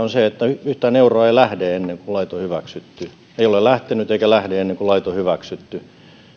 on se että yhtään euroa ei lähde ennen kuin lait on hyväksytty ei ole lähtenyt eikä lähde ennen kuin lait on hyväksytty